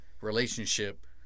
relationship